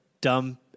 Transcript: dumb